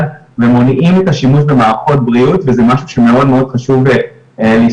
ומונעים את השימוש במערכות בריאות וזה משהו שמאוד מאוד חשוב לזכור.